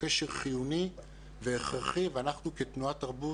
קשר חיוני והכרחי ואנחנו כתנועת תרבות